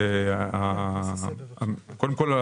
קודם כול,